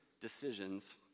decisions